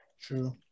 True